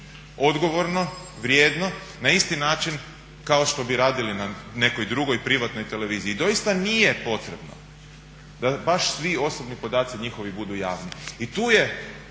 odgovorno, vrijedno na isti način kao što bi radili na nekoj drugoj privatnoj televiziji. I doista nije potrebno da baš svi osobni podaci njihovi budu javni. I tu je